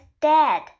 dad